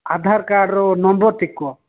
ଆଧାର କାର୍ଡ଼ର ନମ୍ୱରଟି କୁହ